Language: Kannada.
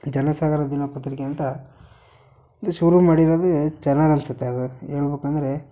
ಜನಸಾಗರ ದಿನಪತ್ರಿಕೆ ಅಂತ ಶುರು ಮಾಡಿರೋದೇ ಚೆನ್ನಾಗಿ ಅನ್ನಿಸುತ್ತೆ ಅದು ಹೇಳ್ಬೇಕಂದ್ರೆ